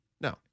no